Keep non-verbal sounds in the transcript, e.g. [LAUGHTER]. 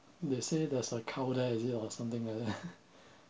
they say there's a cow there is it or something like that [LAUGHS]